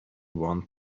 one